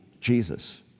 Jesus